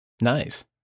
nice